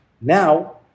Now